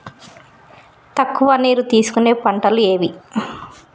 తక్కువ నీరు తీసుకునే పంటలు ఏవి?